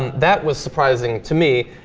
that was surprising to me